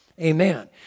Amen